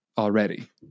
Already